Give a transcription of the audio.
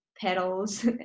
petals